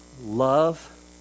love